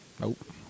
Nope